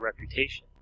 reputation